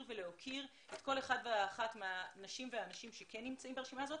ולהוקיר כל אחת ואחד מהאנשים שכן נמצאים ברשימה הזאת